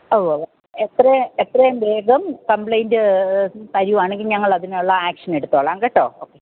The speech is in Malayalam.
ഉവ്വ ഉവ്വ എത്ര എത്രയും വേഗം കംപ്ലയിന്റ് തരുവാണെങ്കിൽ ഞങ്ങള് അതിനുള്ള ആക്ഷൻ എടുത്തോളാം കേട്ടോ